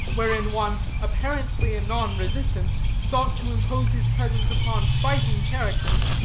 wherein one, apparently a non-resistant, sought to impose his presence upon fighting characters,